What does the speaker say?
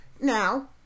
now